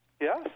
Yes